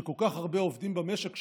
שכל כך הרבה עובדים במשק שלנו,